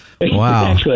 Wow